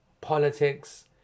politics